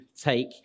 take